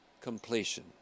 completion